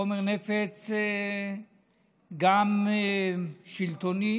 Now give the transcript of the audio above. חומר נפץ שהוא גם שלטוני